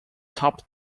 topped